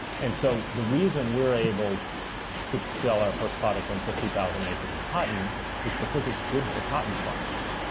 and so the reason we're able to sell our first product on fifty thousand acres of cotton is because it's good for cotton farmers.